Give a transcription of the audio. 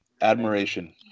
admiration